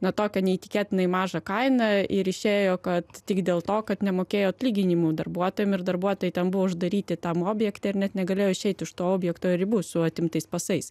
na tokia neįtikėtinai mažą kainą ir išėjo kad tik dėl to kad nemokėjo atlyginimų darbuotojam ir darbuotojai ten buvo uždaryti tam objekte ir net negalėjo išeit iš to objekto ribų su atimtais pasais